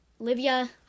Olivia